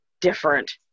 different